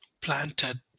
planted